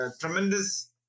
tremendous